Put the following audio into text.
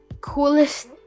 coolest